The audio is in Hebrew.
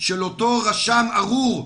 של אותו רשם ארור,